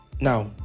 Now